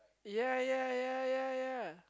ya ya ya ya ya